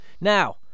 Now